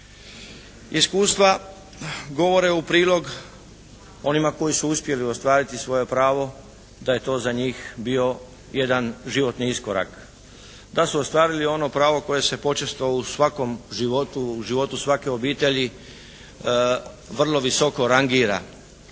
Iskustva govore u prilog onima koji su uspjeli ostvariti svoje pravo, da je to za njih bio jedan životni iskorak, da su ostvarili ono pravo koje se počesto u svakom životu, u životu svake obitelji vrlo visoko rangira.